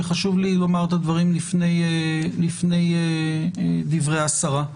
וחשוב לי לומר את הדברים לפני דברי השרה: